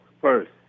first